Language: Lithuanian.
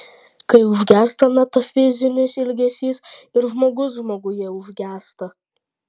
kai užgęsta metafizinis ilgesys ir žmogus žmoguje užgęsta